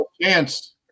chance